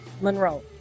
Monroe